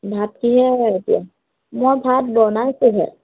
ভাত কি হেৰে এতিয়া মই ভাত বনাইছোঁহে